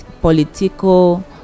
political